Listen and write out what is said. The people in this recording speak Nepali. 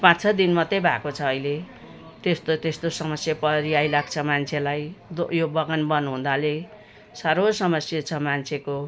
पाँच छ दिन मात्रै भएको छ अहिले त्यस्तो त्यस्तो समस्या परी आइलाग्छ मान्छेलाई त्यो यो बगान बन्द हुनाले सारो समस्या छ मान्छेको